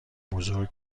بزرگ